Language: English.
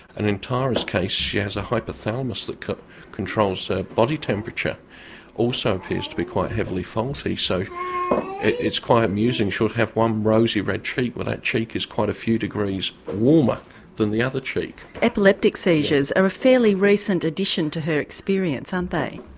and in tara's case she has a hypothalamus that controls her body temperature also appears to be quite heavily faulty so it's quite amusing, she'll have one rosy red cheek well that cheek is quite a few degrees warmer than the other cheek. epileptic seizures are a fairly recent addition to her experience aren't they?